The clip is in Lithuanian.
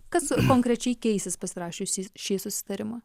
kas konkrečiai keisis pasirašius šį susitarimą